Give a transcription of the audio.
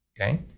Okay